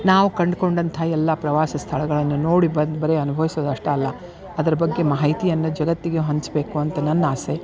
ನಾವು ಕಂಡ್ಕೊಂಡಂಥ ಎಲ್ಲ ಪ್ರವಾಸ ಸ್ಥಳಗಳನ್ನು ನೋಡಿ ಬಂದು ಬರೀ ಅನ್ಬವಿಸೋದ್ ಅಷ್ಟೇ ಅಲ್ಲ ಅದ್ರ ಬಗ್ಗೆ ಮಾಹಿತಿಯನ್ನು ಜಗತ್ತಿಗೆ ಹಂಚಬೇಕು ಅಂತ ನನ್ನ ಆಸೆ